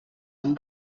amb